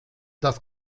das